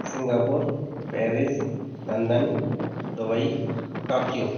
Singapore Paris London Dubai Tokyo